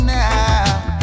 now